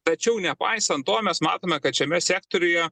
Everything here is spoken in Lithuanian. tačiau nepaisant to mes matome kad šiame sektoriuje